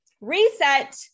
reset